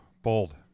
Bold